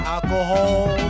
Alcohol